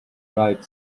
right